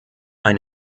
ein